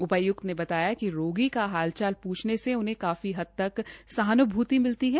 उपायुक्त ने बताया कि रोगी का हाल चाल पूछने से उन्हे काफी हद तक सहानुभूर्ति मिलती है